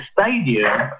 stadium